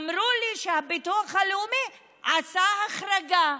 אמרו לי שהביטוח הלאומי עשה החרגה.